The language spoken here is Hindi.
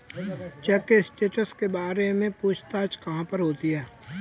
चेक के स्टैटस के बारे में पूछताछ कहाँ पर होती है?